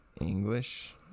English